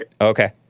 Okay